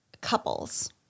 Couples